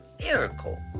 miracle